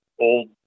old